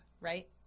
right